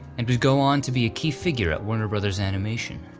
and would go on to be a key figure at warner bros animation,